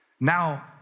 now